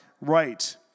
right